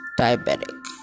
diabetic